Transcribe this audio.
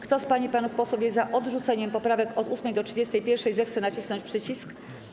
Kto z pań i panów posłów jest za odrzuceniem poprawek od 8. do 31., zechce nacisnąć przycisk.